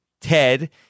Ted